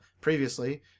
previously